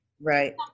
Right